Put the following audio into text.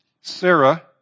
Sarah